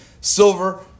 silver